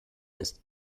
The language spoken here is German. ist